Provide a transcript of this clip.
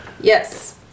Yes